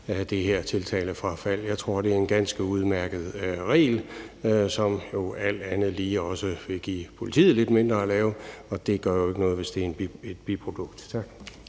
at give det her tiltalefrafald, tror jeg er en ganske udmærket regel, som jo alt andet lige også vil give politiet lidt mindre at lave. Det gør jo ikke noget, hvis det er et biprodukt. Tak.